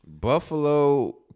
Buffalo